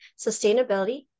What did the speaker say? sustainability